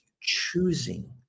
choosing